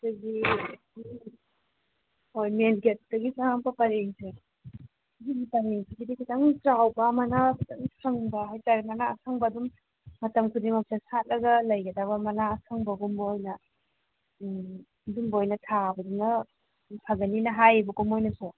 ꯑꯩꯈꯣꯏꯒꯤ ꯍꯣꯏ ꯃꯦꯟ ꯒꯦꯠꯇꯒꯤ ꯆꯪꯂꯛꯄ ꯄꯔꯦꯡꯁꯦ ꯁꯤꯒꯤ ꯄꯔꯦꯡꯁꯤꯒꯤꯗꯤ ꯈꯤꯇꯪ ꯆꯥꯎꯕ ꯃꯅꯥ ꯈꯤꯇꯪ ꯁꯪꯕ ꯍꯥꯏꯇꯔꯦꯅꯦ ꯃꯅꯥ ꯑꯁꯪꯕ ꯑꯗꯨꯝ ꯃꯇꯝ ꯈꯨꯗꯤꯡꯃꯛꯇ ꯁꯥꯠꯂꯒ ꯂꯩꯒꯗꯕ ꯃꯅꯥ ꯑꯁꯪꯕꯒꯨꯝꯕ ꯑꯣꯏꯅ ꯎꯝ ꯑꯗꯨꯝꯕ ꯑꯣꯏꯅ ꯊꯥꯕꯗꯨꯅ ꯐꯒꯅꯦꯅ ꯍꯥꯏꯌꯦꯕꯀꯣ ꯃꯣꯏꯅꯁꯨ